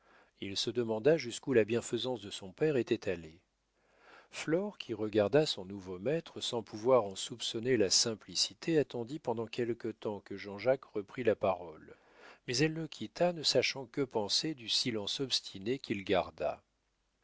il se demanda jusqu'où la bienfaisance de son père était allée flore qui regarda son nouveau maître sans pouvoir en soupçonner la simplicité attendit pendant quelque temps que jean-jacques reprît la parole mais elle le quitta ne sachant que penser du silence obstiné qu'il garda